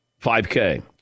5K